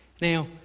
Now